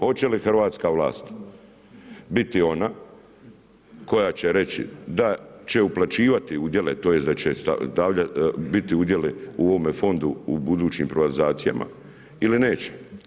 Hoće li hrvatska vlast biti ona koja će reći da će uplaćivati udjele, tj. da će biti udjeli u ovome fondu u budućim privatizacijama ili neće.